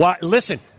Listen